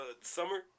Summer